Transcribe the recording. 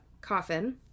coffin